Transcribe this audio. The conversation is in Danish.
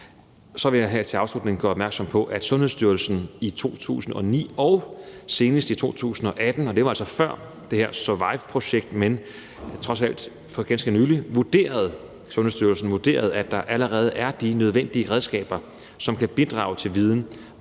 Så vil jeg afslutningsvis gøre opmærksom på, at Sundhedsstyrelsen i 2009 og senest i 2018 – og det var altså før projektet SURVIVE, men trods alt for ganske nylig – vurderede, at der allerede er de nødvendige redskaber, som kan bidrage til viden